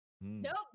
Nope